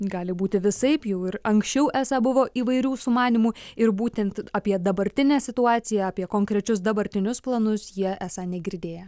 gali būti visaip jau ir anksčiau esą buvo įvairių sumanymų ir būtent apie dabartinę situaciją apie konkrečius dabartinius planus jie esą negirdėję